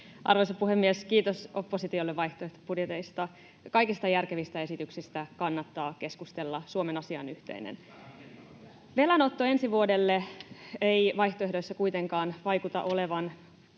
Arvoisa puhemies! Kiitos oppositiolle vaihtoehtobudjeteista. Kaikista järkevistä esityksistä kannattaa keskustella, Suomen asia on yhteinen. [Timo Heinonen: Hyvä, rakentava keskustelu!] Velanotto ensi vuodelle ei vaihtoehdoissa kuitenkaan vaikuta olevan